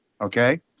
okay